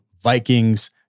Vikings